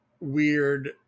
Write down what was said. weird